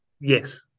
Yes